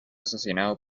asesinado